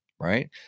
right